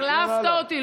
החלפת אותי.